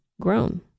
grown